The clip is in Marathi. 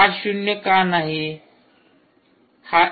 हा शून्य का नाही